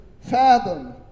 fathom